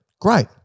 great